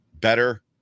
better